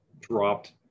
dropped